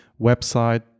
website